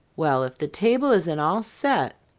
well, if the table isn't all set!